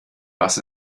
was